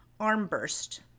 Armburst